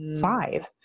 five